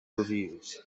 reviews